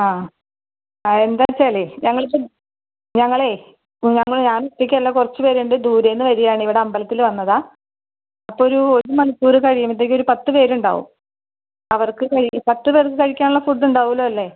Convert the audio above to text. ആ എന്താന്ന് വെച്ചാലെ ഞങ്ങളിപ്പം ഞങ്ങളെ ഞങ്ങള് ഞാൻ ഒറ്റ അല്ല കുറച്ച് പേരുണ്ട് ദൂരെന്ന് വരികയാണേ ഇവിടെ അമ്പലത്തില് വന്നതാണ് അപ്പോൾ ഒരു ഒരു മണിക്കൂറ് കഴിയുമ്പത്തേക്ക് ഒര് പത്ത് പേരുണ്ടാവും അവർക്ക് കഴി പത്ത് പേർക്ക് കഴിക്കാനുള്ള ഫുഡ് ഉണ്ടാകുമല്ലൊ അല്ലേ